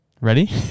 Ready